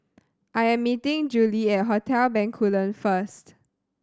I am meeting Juli at Hotel Bencoolen first